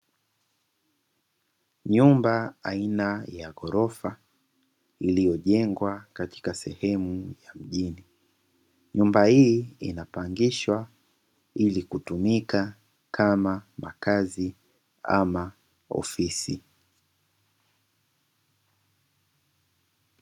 Nyumba aina ya ghorofa iliyojengwa katika sehemu ya mjini, nyumba hii inapangishwa ili kutumika kama makazi ama ofisi.